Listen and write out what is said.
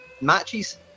matches